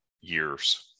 years